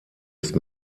ist